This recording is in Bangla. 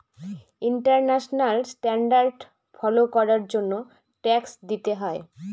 ইন্টারন্যাশনাল স্ট্যান্ডার্ড ফলো করার জন্য ট্যাক্স দিতে হয়